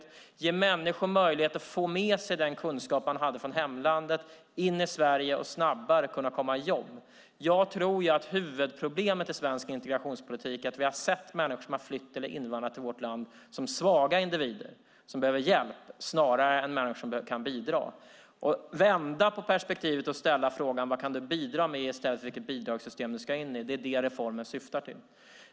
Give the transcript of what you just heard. Vi vill ge människor möjlighet att få med sig den kunskap de har från hemlandet in i Sverige och snabbare komma i jobb. Jag tror att huvudproblemet i svensk integrationspolitik är att vi har sett människor som har flytt eller invandrat till vårt land som svaga individer som behöver hjälp snarare än människor som kan bidra. Vi ska vända på perspektivet och ställa frågan: Vad kan du bidra med? Det ska vi fråga i stället för vilket bidragssystem man ska in i. Detta är vad reformen syftar till.